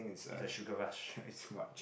it's a sugar rush